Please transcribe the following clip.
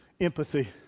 Empathy